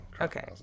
okay